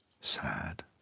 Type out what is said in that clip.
sad